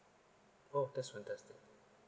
oh that's fantastic